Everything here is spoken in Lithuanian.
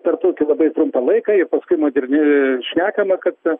per tokį labai trumpą laiką jau paskui moderni šnekama kad